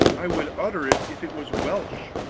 i would utter it if it was welsh.